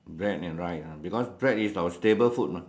bread and rice ah because bread is our staple food mah